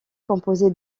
composée